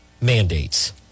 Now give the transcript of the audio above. mandates